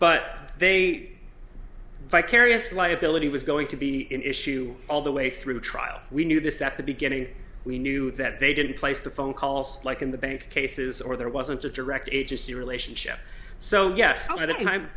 but they are vicarious liability was going to be an issue all the way through the trial we knew this at the beginning we knew that they didn't place the phone calls like in the bank cases or there wasn't a direct agency relationship so yes